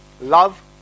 Love